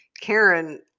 Karen